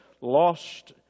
lost